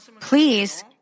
Please